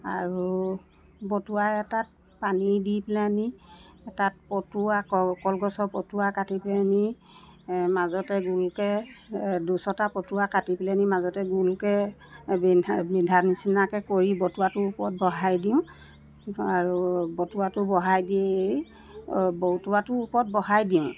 আৰু বটোৱা এটাত পানী দি পেলাই নি তাত পতোৱা কল কলগছৰ পতোৱা কাটি পেলাই নি মাজতে গোলকৈ দুচটা পতোৱা কাটি পেলে নি মাজতে গোলকৈ বিন্ধা বিন্ধা নিচিনাকৈ কৰি বটোৱাটো ওপৰত বহাই দিওঁ আৰু বটোৱাটো বহাই দি বটোৱাটো ওপৰত বহাই দিওঁ